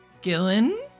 Gillen